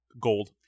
gold